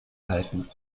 halten